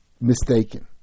mistaken